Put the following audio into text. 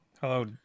hello